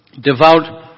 devout